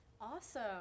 Awesome